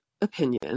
opinion